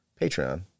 Patreon